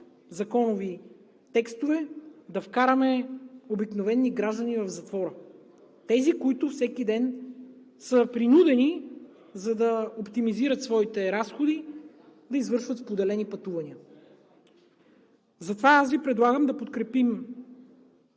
законови текстове да вкараме обикновения гражданин в затвора, тези, които всеки ден са принудени, за да оптимизират своите разходи, да извършват споделени пътувания. Затова Ви предлагам да подкрепим